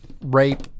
rape